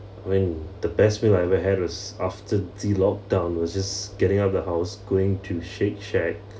when the best meal I ever had was after the lockdown was just getting out of the house going to Shake Shack